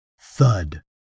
Thud